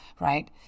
right